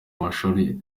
amashuri